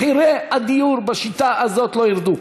מחירי הדיור, בשיטה הזאת לא ירדו.